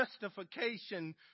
justification